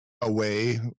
away